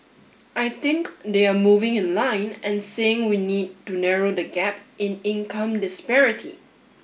I think they are moving in line and saying we need to narrow the gap in income disparity